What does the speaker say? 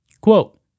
Quote